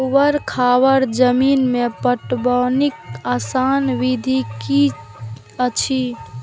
ऊवर खावर जमीन में पटवनक आसान विधि की अछि?